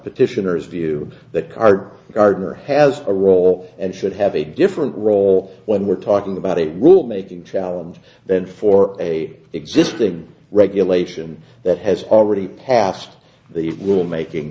petitioners view that car gardner has a role and should have a different role when we're talking about a rule making challenge then for a existing regulation that has already passed the rule making